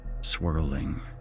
swirling